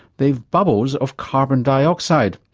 they have bubbles of carbon dioxide.